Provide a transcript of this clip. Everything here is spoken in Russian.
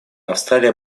австралия